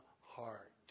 heart